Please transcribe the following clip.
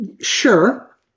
Sure